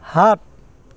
সাত